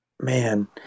Man